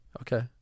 Okay